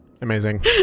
amazing